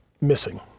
missing